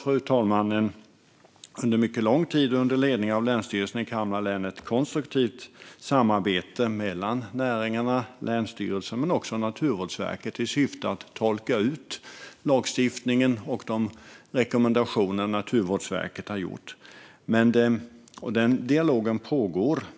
Det har under mycket lång tid, under ledning av Länsstyrelsen i Kalmar län, pågått ett konstruktivt samarbete mellan näringarna, länsstyrelsen och Naturvårdsverket i syfte att tolka lagstiftningen och de rekommendationer som Naturvårdsverket har gett. Den dialogen pågår.